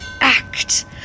act